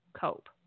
cope